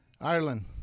Ireland